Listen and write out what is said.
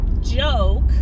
joke